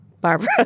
Barbara